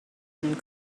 and